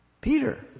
Peter